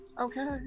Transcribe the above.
Okay